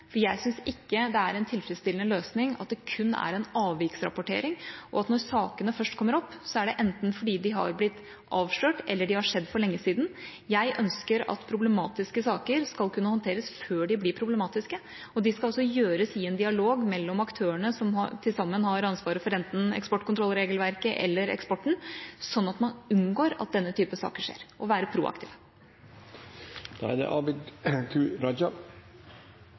Jeg syns ikke det er en tilfredsstillende løsning at det kun er en avviksrapportering, og at når sakene først kommer opp, er det enten fordi de har blitt avslørt, eller de har skjedd for lenge siden. Jeg ønsker at problematiske saker skal kunne håndteres før de blir problematiske, og det skal gjøres i en dialog mellom aktørene som til sammen har ansvaret for enten eksportkontrollregelverket eller eksporten, slik at man unngår at denne typen saker skjer, og er proaktive.